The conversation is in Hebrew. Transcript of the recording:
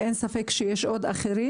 ואין ספק שיש עוד אחרים